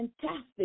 fantastic